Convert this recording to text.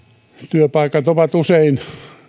työpaikat ovat usein